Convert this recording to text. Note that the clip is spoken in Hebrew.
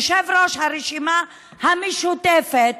יושב-ראש הרשימה המשותפת,